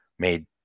made